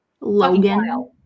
Logan